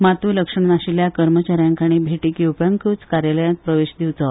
मातूय लक्षणां नाशिल्ल्या कर्मचा यांक आनी भेटीक येवप्यांकूच कार्यालयांत प्रवेश दिवचो